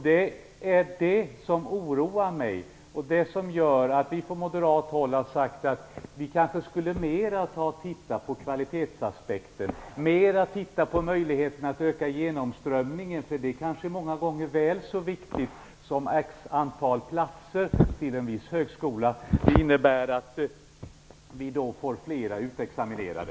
Det är detta som oroar mig och som gör att vi från moderat håll har sagt att vi kanske mer skulle titta på kvalitetsaspekter, mer titta på möjligheten att öka genomströmningen - detta är många gånger kanske väl så viktigt som antalet platser vid en viss högskola, och det innebär att vi får fler utexaminerade.